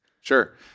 sure